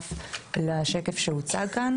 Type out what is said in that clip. בנוסף לשקף שהוצג כאן.